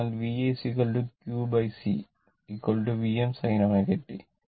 അതിനാൽ V qC Vm sin ω t